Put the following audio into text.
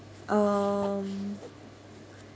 um